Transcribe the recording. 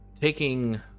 taking